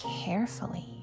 Carefully